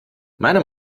meiner